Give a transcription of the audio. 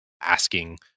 asking